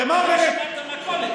למחוק את רשימת המכולת.